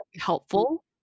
helpful